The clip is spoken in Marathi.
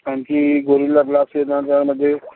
आणखी गोरिला ग्लास येणार यामध्ये